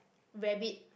rabbit